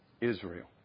Israel